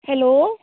hello